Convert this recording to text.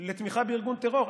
לתמיכה בארגון טרור.